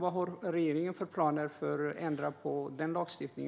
Vad har regeringen för planer för att ändra på denna lagstiftning?